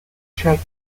check